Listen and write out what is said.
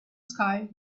sky